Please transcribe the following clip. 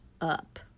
up